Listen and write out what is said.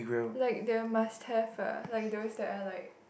like they must have the like those that are like